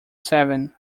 seven